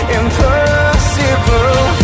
impossible